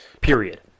Period